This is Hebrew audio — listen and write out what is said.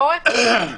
החורף רק מתחיל,